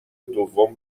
دوم